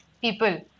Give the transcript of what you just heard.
people